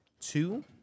Two